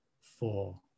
four